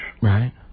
Right